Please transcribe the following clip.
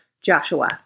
Joshua